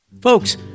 Folks